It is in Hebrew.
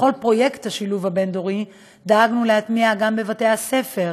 בכל פרויקט השילוב הבין-דורי דאגנו להתניע גם את בתי הספר,